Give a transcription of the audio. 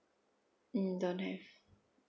mm don't have